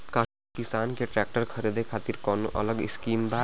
का किसान के ट्रैक्टर खरीदे खातिर कौनो अलग स्किम बा?